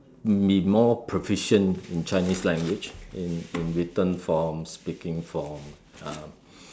be more proficient in chinese language in in written form speaking form um